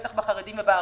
בטח בחרדים ובערבים,